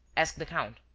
asked the count.